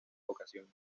ocasiones